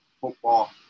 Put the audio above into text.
football